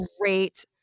great